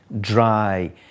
dry